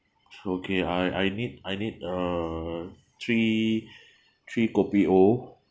okay I I need I need uh three three kopi O